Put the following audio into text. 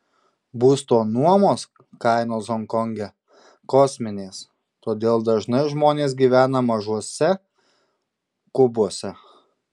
būsto nuomos kainos honkonge kosminės todėl dažnai žmonės gyvena mažuose kubuose